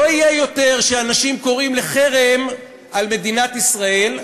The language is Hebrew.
לא יהיה יותר שאנשים קוראים לחרם על מדינת ישראל,